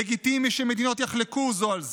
לגיטימי שמדינות יחלקו זו על זו,